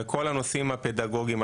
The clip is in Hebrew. וכל הנושאים הפדגוגיים,